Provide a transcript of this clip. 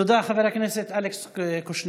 תודה, חבר הכנסת אלכס קושניר.